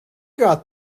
got